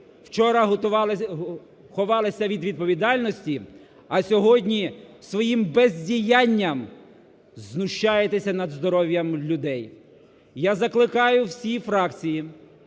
ховалися від відповідальності, а сьогодні своїм бездіянням знущаєтеся над здоров'ям людей. Я закликаю всі фракції,